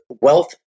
Wealth